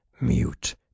Mute